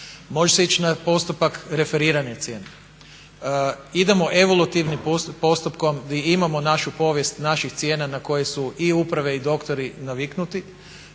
Može se ići na postupak referirane cijene. Idemo evolutivnim postupkom i imamo našu povijest naših cijena na koje su i uprave i doktori naviknuti.